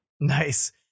Nice